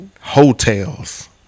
hotels